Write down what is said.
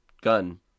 gun